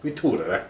会吐的 right